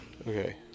Okay